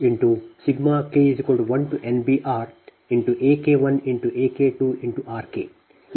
ಆದ್ದರಿಂದ B12 cos 1 2 V1V2cos 1cos 2 K1NBRAK1AK2RK